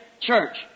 Church